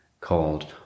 called